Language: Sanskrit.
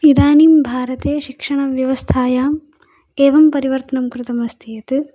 इदानीं भारते शिक्षणव्यवस्थायाम् एवं परिवर्तनं कृतम् अस्ति यत्